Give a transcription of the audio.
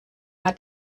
hat